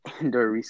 Indoor